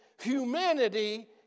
humanity